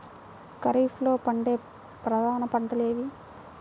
ఖరీఫ్లో పండే ప్రధాన పంటలు ఏవి?